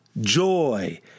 joy